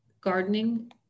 gardening